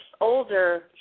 older